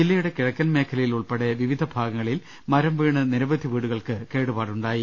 ജില്ലയുടെ കിഴക്കൻ മേഖലയിൽ ഉൾപ്പെടെ വിവിധ ഭാഗങ്ങളിൽ മരം വീണ് നിരവധി വീടുകൾക്ക് കേടുപാടുണ്ടായി